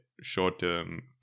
short-term